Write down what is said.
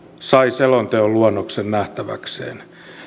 sai selonteon luonnoksen nähtäväkseen